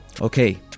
Okay